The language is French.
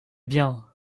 bien